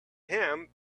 him